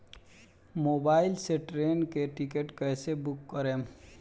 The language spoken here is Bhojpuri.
मोबाइल से ट्रेन के टिकिट कैसे बूक करेम?